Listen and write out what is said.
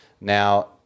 Now